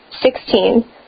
Sixteen